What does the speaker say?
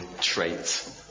trait